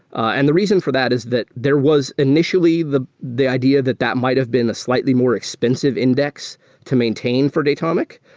and the reason for that is that there was initially the the idea that that might've been a slightly more expensive index to maintain for datomic.